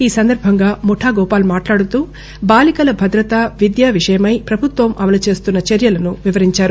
ఈ సందర్భంగా ముఠా గోపాల్ మాట్లాదుతూ బాలికల భద్రత విద్య విషయమై పభుత్వం అమలు చేస్తున్న చర్యలను వివరించారు